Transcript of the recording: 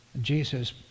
Jesus